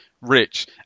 Rich